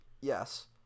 Yes